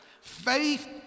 Faith